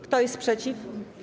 Kto jest przeciw?